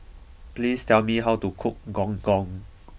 please tell me how to cook Gong Gong